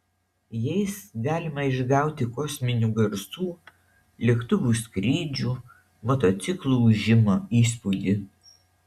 jais galima išgauti kosminių garsų lėktuvų skrydžių motociklų ūžimo įspūdį